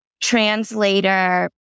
translator